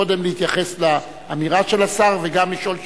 קודם, להתייחס לאמירה של השר, וגם לשאול שאלה.